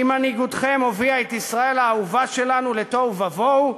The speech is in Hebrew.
כי מנהיגותכם הביאה את ישראל האהובה שלנו לתוהו ובוהו,